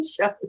show